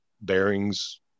bearings